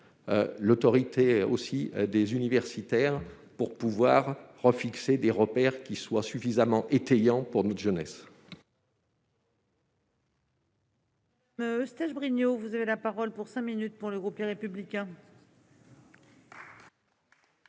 l'autorité aussi des universitaires pour pouvoir pro-fixer des repères qui soit suffisamment étayant pour notre jeunesse.